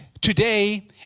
today